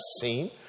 seen